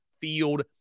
field